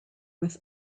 with